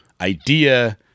idea